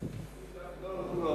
עובדים זרים.